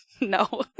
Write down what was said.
No